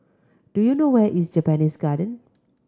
do you know where is Japanese Garden